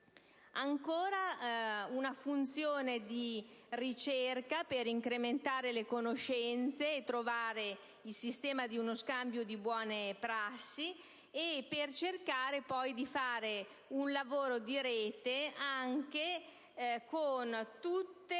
avere una funzione di ricerca per incrementare le conoscenze e trovare il sistema di uno scambio di buone prassi, così da fare un lavoro di rete anche con tutte